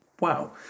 Wow